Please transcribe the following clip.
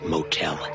Motel